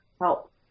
help